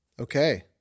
okay